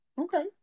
Okay